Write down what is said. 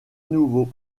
nouveau